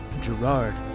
Gerard